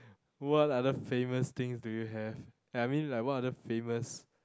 what other famous things do you have I mean like what other famous